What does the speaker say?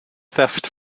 theft